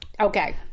Okay